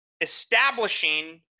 establishing